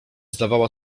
zdawała